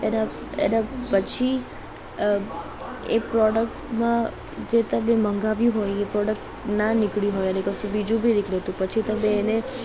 એના એનાં પછી અં એ પ્રોડક્ટમાં જે તમે મંગાવ્યું હોય એ પ્રોડક્ટ ના નીકળી હોય અને કશું બીજું બી નીકળે તો પછી તમે એને